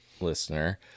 listener